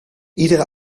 iedere